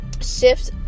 shift